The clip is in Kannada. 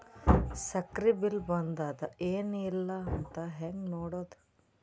ಸಕ್ರಿ ಬಿಲ್ ಬಂದಾದ ಏನ್ ಇಲ್ಲ ಅಂತ ಹೆಂಗ್ ನೋಡುದು?